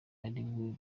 ariwe